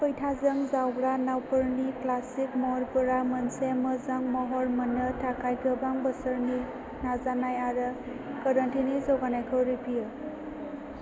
बैथाजों जावग्रा नावफोरनि क्लासिक महरफोरा मोनसे मोजां महर मोननो थाखाय गोबां बोसोरनि नाजानाय आरो गोरोन्थिनि जौगानायखौ रिफियो